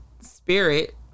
spirit